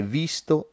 visto